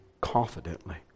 confidently